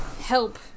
help